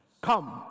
come